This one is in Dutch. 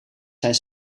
zijn